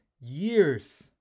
years